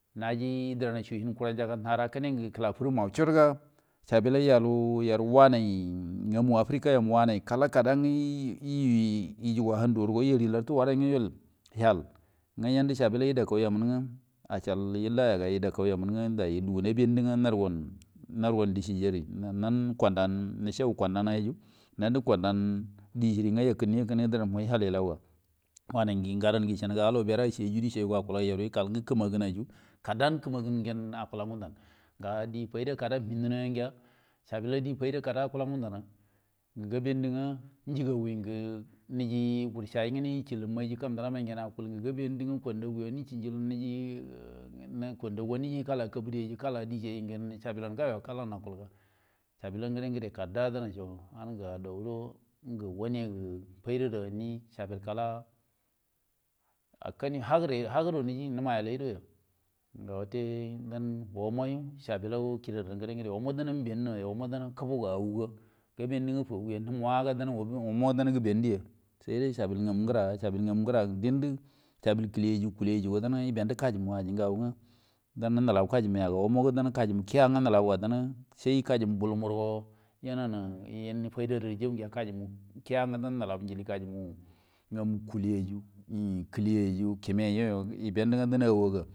Naji duran so hankurunja nara guni gi kula furumau choltga sabulla yaru wan ngemu afiraka yomugi kala kada nge iujuga handu ro yari lartu warai nge yol hal nge dusabullo idakau yamunu nge achal ilaga iau kau yamunu lugu naban du nge narugan de shiyari nan kondan nishabu kondan kulnu ikilnudarn mu hal ilau wanai nge dan isha nuga alobira shi du dishi akula yoru ikal guma gunnai ri kada gumagunana gabandu nge niji kur chai nge sulum kaul lamai kabudai kala deshai gin sabulo nge yo kalan ga dauro nge wanigu falda niji akan hagirai haguro niji numlyaldoya gautai danomo risabul kidaan nge da omo dan mubin dunuya kubuga auga gabinira nge fagu nim waga dan na gibinduya sai dai sabul nge mungera babul ngamu ngra yenge dindi sabul kəli u dendi sabul kulu ye yu kima yu gamu nilau kajimu wo nge sai de kajimul kie yo ye sai kajimu bul yo yi kiley yai yu kime yei yu.